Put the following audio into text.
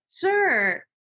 Sure